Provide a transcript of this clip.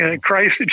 Christ